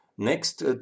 Next